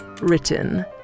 written